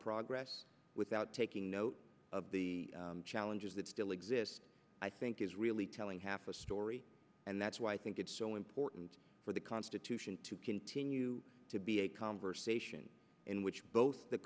progress without taking note of the challenges that still exist i think is really telling half a story and that's why i think it's so important for the constitution to continue to be a conversation in which both the